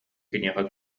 киниэхэ